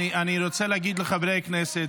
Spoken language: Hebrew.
אני רוצה להגיד לחברי הכנסת,